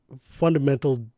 fundamental